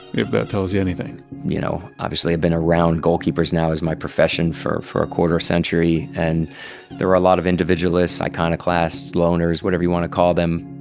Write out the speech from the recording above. if that tells you anything you know obviously, i've been around goalkeepers now as my profession for for a quarter-century, and there were a lot of individualists, iconoclasts, loners, whatever you want to call them.